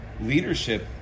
leadership